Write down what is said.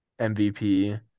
MVP